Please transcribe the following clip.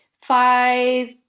five